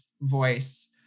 voice